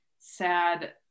sad